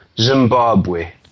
Zimbabwe